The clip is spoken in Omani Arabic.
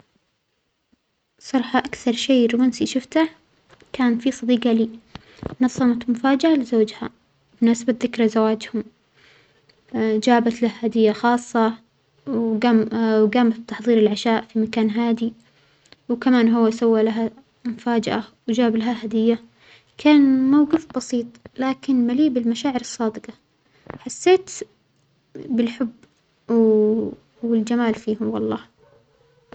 صراحة أكثر شيء رومانسي شوفته كان في صديجة لى نظمت مفاجأة لزوجها بمناسبة ذكرى زواجهم، جابت له هدية خاصة، قام وجامت بتحضير العشاء في مكان هادئ، وكمان هو سوى لها مفاجأة وجاب لها هدية، كان موجف بسيط لكن ملئ بالمشاعر الصادجة، حسيت بالحب و والجمال فيهم والله.